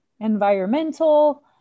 environmental